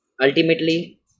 Ultimately